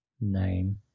name